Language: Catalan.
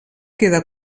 queda